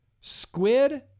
Squid